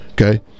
Okay